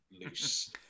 loose